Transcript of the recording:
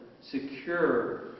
secure